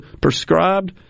prescribed